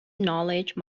knowledge